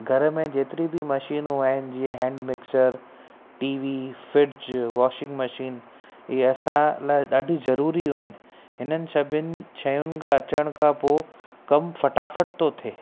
घर में जेतिरी बि मशीनूं आहिनि जीअं hand mixer T V fridge washing machine इहे असां लाइ ॾाढी ज़रूरी आहिनि इन्हनि सभिनी शयुनि खां अचण खां पोइ कमु फ़टाफ़ट थो थिए